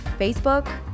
facebook